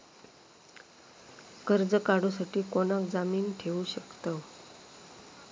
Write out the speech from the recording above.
कर्ज काढूसाठी कोणाक जामीन ठेवू शकतव?